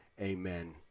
amen